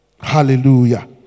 Hallelujah